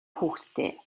хүүхэдтэй